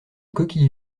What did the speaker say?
coquille